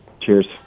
Cheers